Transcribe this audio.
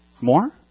More